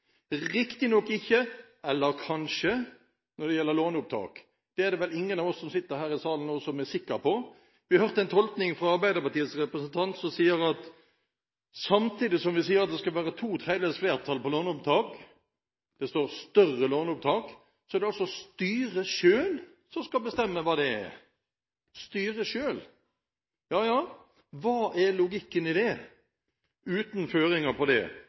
nok ikke – eller kanskje – når det gjelder låneopptak. Det er det vel ingen av oss som sitter her i salen nå, som er sikre på. Vi hørte en tolkning fra Arbeiderpartiets representant som sa at samtidig som det skal være to tredjedels flertall ved låneopptak, det står «større låneopptak», er det styret selv som skal bestemme hva det er. Styret selv! Ja, ja. Hva er logikken i det, uten føringer for dette? Det